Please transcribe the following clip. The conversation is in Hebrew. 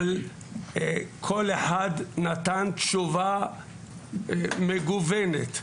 אבל כל אחד נתן תשובה מגוונת,